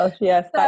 yes